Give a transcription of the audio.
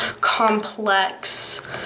complex